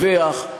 לא רק למי שמדווח,